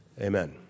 Amen